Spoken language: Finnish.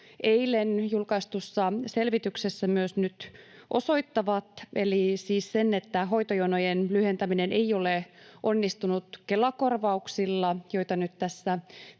eilen julkaistussa selvityksessä myös nyt osoittavat, eli siis sen, että hoitojonojen lyhentäminen ei ole onnistunut Kela-korvauksilla, joita nyt tässä